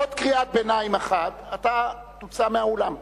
עוד קריאת ביניים אחת ואתה תוצא מהאולם.